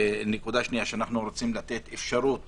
נקודה שנייה אנחנו רוצים לתת אפשרות